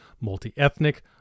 multi-ethnic